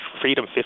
freedom